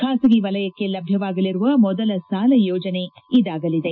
ಖಾಸಗಿ ವಲಯಕ್ಕೆ ಲಭ್ಯವಾಗಲಿರುವ ಮೊದಲ ಸಾಲ ಯೋಜನೆ ಇದಾಗಲಿದೆ